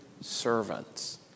servants